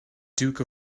duke